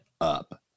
up